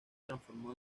transformó